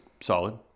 solid